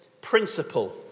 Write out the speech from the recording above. principle